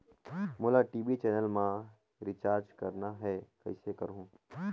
मोला TV channel मा recharge करना हे, कइसे करहुँ?